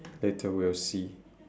later we'll see